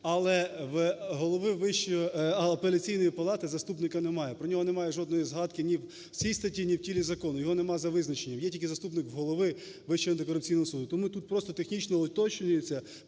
Але в голови Апеляційної палати заступника немає, про нього немає жодної згадки ні в цій статті, ні в тілі закону, його нема за визначенням. Є тільки заступник голови Вищого антикорупційного суду. Тому тут просто технічно уточнюється